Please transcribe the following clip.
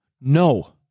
No